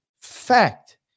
fact